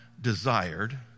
desired